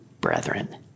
brethren